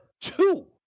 two